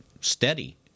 steady